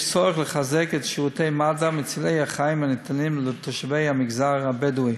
יש צורך לחזק את שירותי מד"א מצילי החיים הניתנים לתושבי המגזר הבדואי.